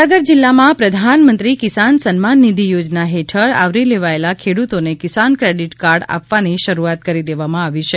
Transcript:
મહીસાગર જિલ્લામાં પ્રધાનમંત્રી કિસાન સન્માન નિધિ યોજના હેઠળ આવરી લેવાયેલા ખેડૂતોને કિસાન ક્રેડિટ કાર્ડ આપવાની શરૂઆત કરી દેવામાં આવી છે